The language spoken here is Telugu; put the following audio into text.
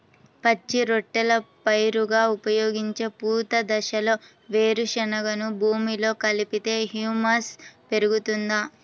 పచ్చి రొట్టెల పైరుగా ఉపయోగించే పూత దశలో వేరుశెనగను భూమిలో కలిపితే హ్యూమస్ పెరుగుతుందా?